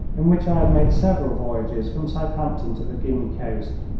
in which i have made several voyages from southampton to the guinea coast.